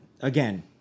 Again